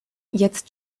jetzt